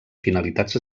finalitats